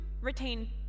retain